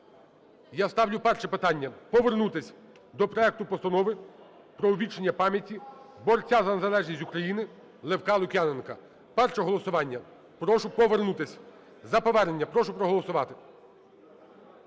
Я ставлю перше питання – повернутись до проекту Постанови про увічнення пам'яті борця за незалежність України Левка Лук'яненка. Перше голосування – прошу повернутись. За повернення прошу проголосувати.